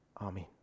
Amen